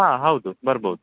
ಹಾಂ ಹೌದು ಬರ್ಬೋದು